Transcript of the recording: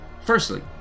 firstly